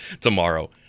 tomorrow